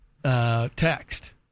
Text